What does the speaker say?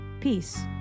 Peace